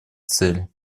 цели